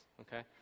okay